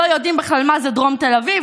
לא יודעים בכלל מה זה דרום תל אביב,